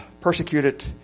persecuted